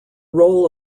role